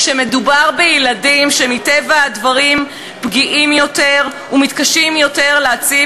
כשמדובר בילדים שמטבע הדברים פגיעים יותר ומתקשים יותר להציב